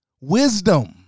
Wisdom